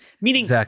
Meaning